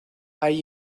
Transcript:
hay